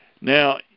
Now